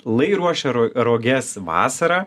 lai ruošia roges vasarą